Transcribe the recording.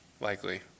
likely